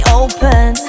open